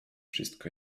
wszystko